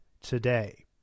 today